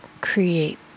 create